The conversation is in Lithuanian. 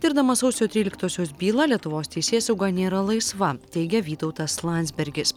tirdama sausio tryliktosios bylą lietuvos teisėsauga nėra laisva teigia vytautas landsbergis